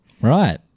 Right